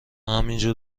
همینجور